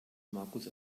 markus